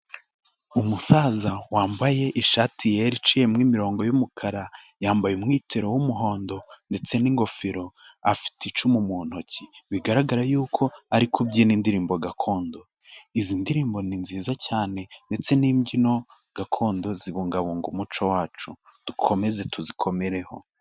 Umusaza wambaye ishati yera iciyemo imirongo y'umukara, yambaye umwitero w'umuhondo ndetse n'ingofero afite icumu mu ntoki, bigaragara yuko ari kubyina indirimbo gakondo, izi ndirimbo ni nziza cyane ndetse n'imbyino gakondo zibungabunga umuco wacu, dukomeze tuzikomereho.